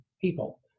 people